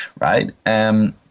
right